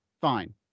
fine